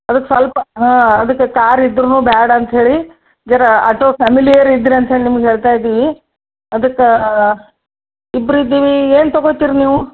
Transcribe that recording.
ಅದಕ್ಕೆ ಸ್ವಲ್ಪ ಹಾಂ ಅದಕ್ಕೆ ಕಾರ್ ಇದ್ರೂ ಬೇಡ ಅಂತ ಹೇಳಿ ಆಟೋ ಫ್ಯಾಮಿಲಿಯವ್ರ್ ಇದಿರಿ ಅಂತ್ಹೇಳಿ ನಿಮ್ಗೆ ಹೇಳ್ತ ಇದ್ದೀನಿ ಅದಕ್ಕೆ ಇಬ್ರು ಇದ್ದೀವಿ ಏನು ತಗೊಳ್ತೀರಿ ನೀವು